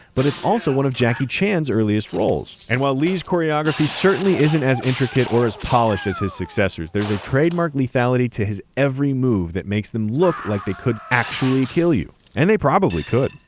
but it's also one of jackie chan's earliest roles. and well lee's choreography certainly isn't as intricate or as polished as his successors, there's a trademark lethality to his every move that makes them look like they could actually kill you. and they probably could.